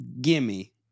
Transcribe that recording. gimme